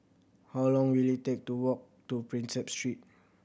how long will it take to walk to Prinsep Street